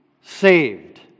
saved